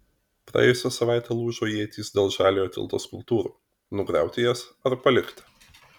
praėjusią savaitę lūžo ietys dėl žaliojo tilto skulptūrų nugriauti jas ar palikti